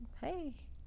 hey